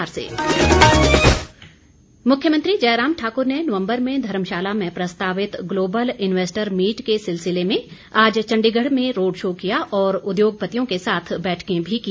मुख्यमंत्री मुख्यमंत्री जयराम ठाकुर ने नवम्बर में धर्मशाला में प्रस्तावित ग्लोबल इन्वेस्टर मीट के सिलसिले में आज चंडीगढ़ में रोड शो किया और उद्योगपतियों के साथ बैठकें भी की